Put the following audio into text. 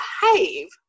behave